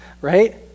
right